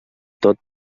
tot